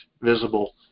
visible